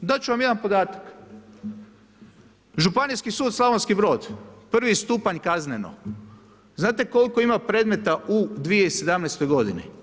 Dati ću vam jedan podatak, Županijski sud Slavonski Brod, prvi stupanj kazneno, znate koliko ima predmeta u 2017. godini?